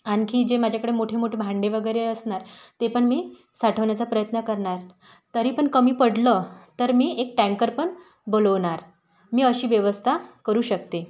आणखी जे माझ्याकडे मोठे मोठे भांडे वगैरे असणार ते पण मी साठवण्याचा प्रयत्न करणार तरी पण कमी पडलं तर मी एक टँकर पण बोलवणार मी अशी व्यवस्था करू शकते